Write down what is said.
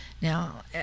Now